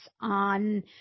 on